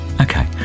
Okay